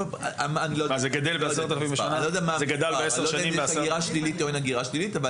אני לא אם יש הגירה שלילית או אין הגירה שלילית.